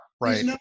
Right